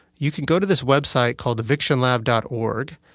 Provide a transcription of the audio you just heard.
you can go to this website called evictionlab dot org.